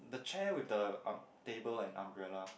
the chair with the um table and umbrella